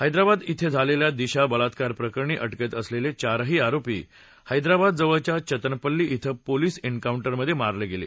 हैदराबाद मधे झालेल्या दिशा बलात्कार प्रकरणी अटकेत असलेले चारही आरोपी हैदराबाद जवळच्या चतनपल्ली क्षें पोलिस एन्काऊंटरमधे मारले गेले